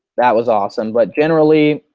that was awesome. but generally,